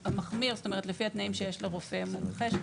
המחמיר, זאת אומרת לפי התנאים שיש לרופא מומחה.